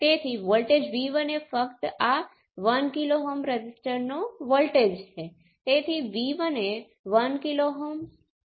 તેથી સ્પષ્ટપણે આ સંબંધોમાંથી z12 બરાબર z21 સૂચવે છે કે y12 બરાબર y21 અથવા h12 એ h21 બરાબર છે અથવા g12 એ g21 સમાન છે